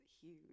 huge